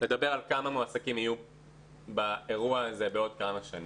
לדבר על כמה מועסקים יהיו באירוע הזה בעוד כמה שנים.